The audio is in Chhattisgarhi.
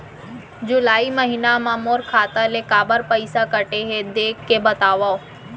जुलाई महीना मा मोर खाता ले काबर पइसा कटे हे, देख के बतावव?